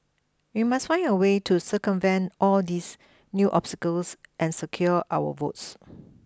we must find a way to circumvent all these new obstacles and secure our votes